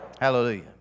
Hallelujah